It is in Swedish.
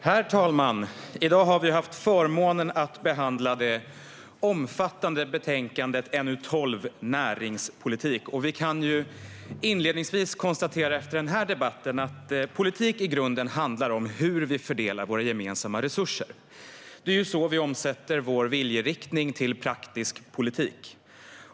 Herr talman! I dag har vi haft förmånen att behandla det omfattande betänkandet NU12 Näringspolitik . Efter denna debatt kan vi inledningsvis konstatera att politik i grunden handlar om hur vi fördelar våra gemensamma resurser. Det är ju så vi omsätter vår viljeriktning till praktisk politik.